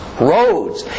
roads